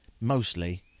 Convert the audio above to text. Mostly